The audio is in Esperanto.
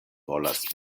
volas